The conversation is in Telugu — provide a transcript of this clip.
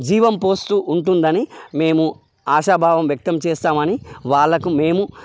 జీవం పోస్తూ ఉంటుందని మేము ఆశాభావం వ్యక్తం చేస్తామని వాళ్ళకు మేము